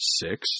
Six